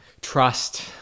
trust